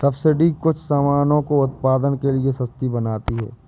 subsidy कुछ सामानों को उत्पादन के लिए सस्ती बनाती है